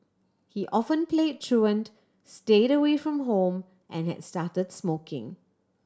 he often played truant stayed away from home and had started smoking